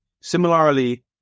Similarly